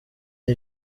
y’i